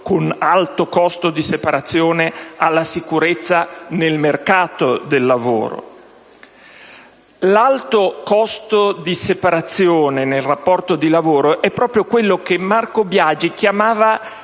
con alto costo di separazione, alla sicurezza nel mercato del lavoro. L'alto costo di separazione nel rapporto di lavoro è proprio quello che Marco Biagi chiamava